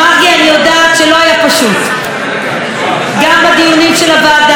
אני יודעת שלא היה פשוט גם בדיונים של הוועדה,